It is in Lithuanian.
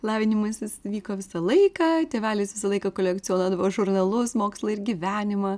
lavinimasis vyko visą laiką tėvelis visą laiką kolekcionuodavo žurnalus mokslą ir gyvenimą